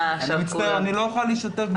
אני מצטער, אני לא אוכל להשתתף בדיון.